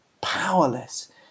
powerless